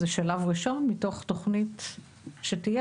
זה שלב ראשון מתוך תוכנית שתהיה,